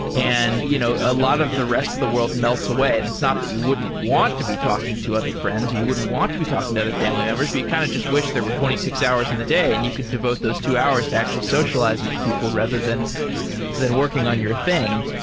and you know a lot of the rest of the world melts away and it's not that you wouldn't want to be talking to other friends. you wouldn't want to be talking to other family members, but you kind of just wish there were twenty six hours in the day and you could devote those two hours to actually socializing with people rather than than working on your thing.